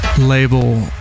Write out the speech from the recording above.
label